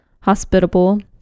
hospitable